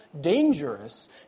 dangerous